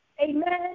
Amen